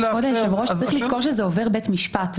אדוני היושב-ראש, צריך לזכור שזה עובר בית משפט.